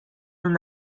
اون